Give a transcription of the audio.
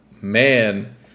Man